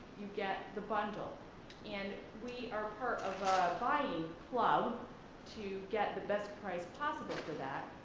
you get the bundle and we are part of a buying club to get the best price possible for that,